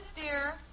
dear